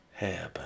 hairband